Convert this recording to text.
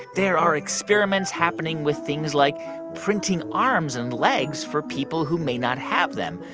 there are experiments happening with things like printing arms and legs for people who may not have them,